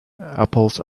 apples